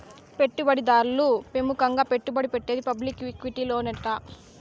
పెట్టుబడి దారులు పెముకంగా పెట్టుబడి పెట్టేది పబ్లిక్ ఈక్విటీలోనేనంట